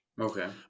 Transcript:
Okay